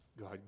God